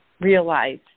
realize